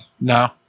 No